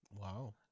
Wow